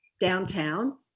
downtown